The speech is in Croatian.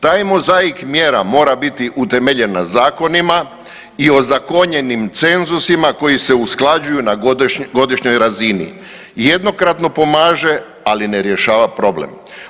Taj mozaik mjera mora biti utemeljen na zakonima i ozakonjenim cenzusima koji se usklađuju na godišnjoj razini jednokratno pomaže, ali ne rješava problem.